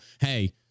hey